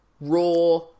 raw